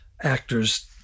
actors